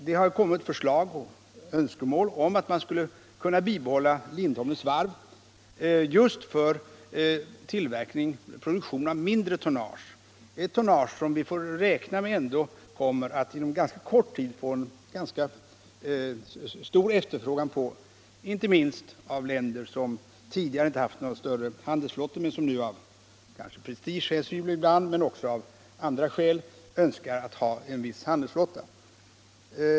Det har framförts förslag och önskemål om att man skulle bibehålla Lindholmens varv för produktion av mindre tonnage, dvs. en typ av tonnage som vi får räkna med att det inom ganska kort tid kommer att bli rätt stor efterfrågan på, inte minst från länder som tidigare inte haft någon större handelsflotta men som nu — kanske ibland av prestigeskäl men också av andra skäl — önskar ha en viss handelsflotta.